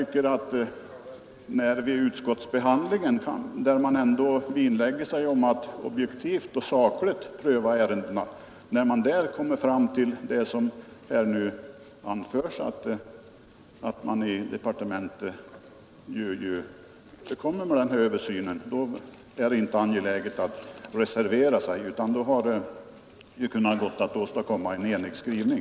Men när vi i utskottet, där vi ändå vinnlägger oss om att objektivt och sakligt pröva ärendena, har funnit att man i departementet ämnar göra denna översyn, kan jag inte anse att det fanns några skäl att reservera sig. Vi borde ha kunnat ena oss om en skrivning.